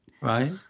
Right